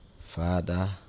Father